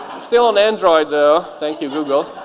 still on android though, thank you google.